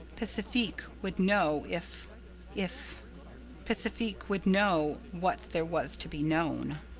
pacifique would know if if pacifique would know what there was to be known.